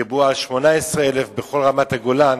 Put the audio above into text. דיברו על 18,000 בכל רמת-הגולן,